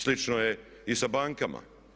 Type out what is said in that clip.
Slično je i sa bankama.